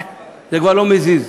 זה כבר לא מזיז.